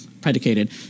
predicated